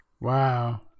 Wow